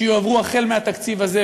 שיועברו החל מהתקציב הזה,